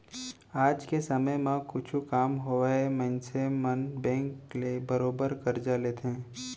आज के समे म कुछु काम होवय मनसे मन बेंक ले बरोबर करजा लेथें